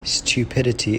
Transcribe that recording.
stupidity